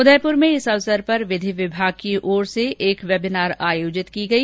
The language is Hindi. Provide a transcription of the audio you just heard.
उदयपुर में इस अवसर पर विधि विभाग की ओर से एक वेबिनार आयोजित की गई